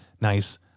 nice